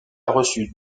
reçu